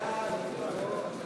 נתקבלו.